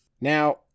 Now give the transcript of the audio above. now